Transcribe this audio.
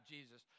Jesus